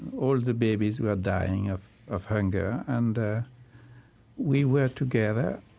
all the babies were dying of of hunger, and we were together.